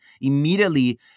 immediately